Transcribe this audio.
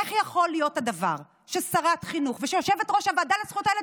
איך יכול להיות הדבר ששרת החינוך ושיושבת-ראש הוועדה לזכויות הילד,